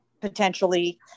potentially